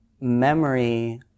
memory